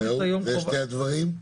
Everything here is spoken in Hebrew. אלה שני הדברים?